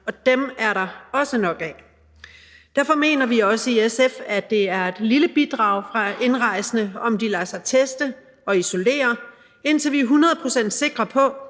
og dem er der også nok af. Derfor mener vi også i SF, at det er et lille bidrag fra indrejsende, at de lader sig teste og isolere, indtil vi er hundrede